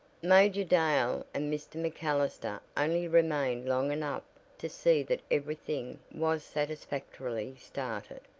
major dale and mr. macallister only remained long enough to see that everything was satisfactorily started,